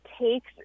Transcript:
takes